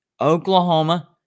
Oklahoma